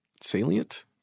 salient